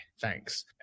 Thanks